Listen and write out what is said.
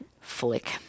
flick